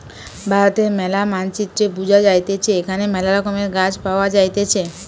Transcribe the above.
ভারতের ম্যালা মানচিত্রে বুঝা যাইতেছে এখানে মেলা রকমের গাছ পাওয়া যাইতেছে